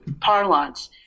parlance